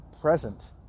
present